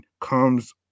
comes